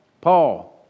Paul